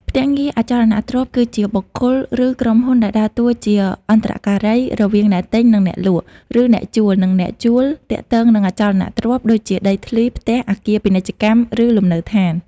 ភ្នាក់ងារអចលនទ្រព្យ គឺជាបុគ្គលឬក្រុមហ៊ុនដែលដើរតួជា អន្តរការី រវាងអ្នកទិញ និងអ្នកលក់ ឬអ្នកជួល និងអ្នកជួល ទាក់ទងនឹងអចលនទ្រព្យ ដូចជាដីធ្លី ផ្ទះ អគារពាណិជ្ជកម្ម ឬលំនៅដ្ឋាន។